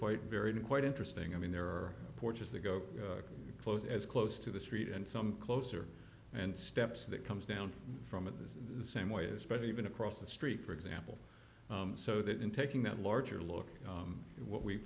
quite varied and quite interesting i mean there are porches that go close as close to the street and some closer and steps that comes down from it is the same way especially even across the street for example so that in taking that larger look what we